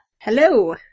Hello